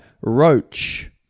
Roach